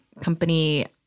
company